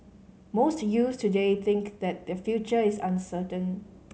most youths today think that their future is uncertain